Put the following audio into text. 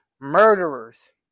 murderers